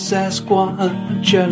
Sasquatch